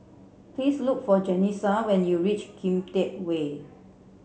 please look for Janessa when you reach Kian Teck Way